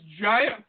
giant